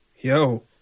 Yo